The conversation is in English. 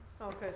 Okay